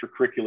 extracurricular